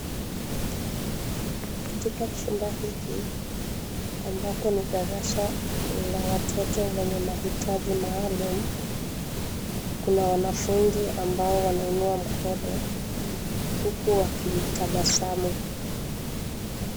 Katika chumba hiki ambapo ni darasa la watoto wenye mahitaji maalum. Kuna wanafunzi ambao wanainua mkono huku wakitabasamu.